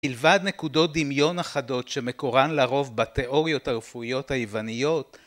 מלבד נקודות דמיון אחדות שמקורן לרוב בתיאוריות הרפואיות היווניות